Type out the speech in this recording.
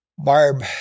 Barb